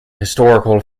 historical